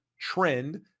trend